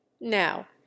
now